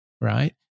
right